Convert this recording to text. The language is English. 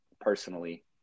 personally